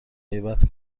غیبت